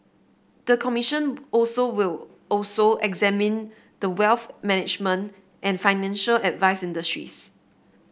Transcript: the commission also will also examine the wealth management and financial advice industries